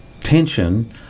tension